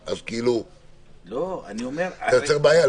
אתה מייצר בעיה.